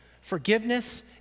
forgiveness